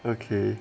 okay